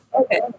Okay